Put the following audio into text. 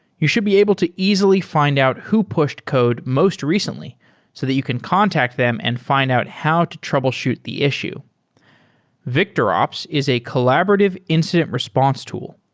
you should be able to easily fi nd out who pushed code most recently so that you can contact them and fi nd out how to troubleshoot the issue victorops is a collaborative incident response tool.